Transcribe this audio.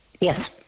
Yes